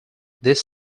this